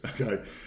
Okay